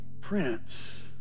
prince